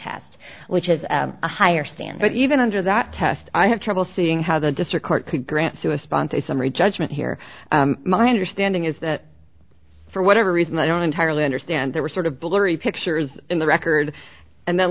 test which is a higher standard even under that test i have trouble seeing how the district court could grant to a sponsor a summary judgment here my understanding is that for whatever reason i don't entirely understand there were sort of blurry pictures in the record and then